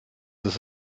ist